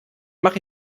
mache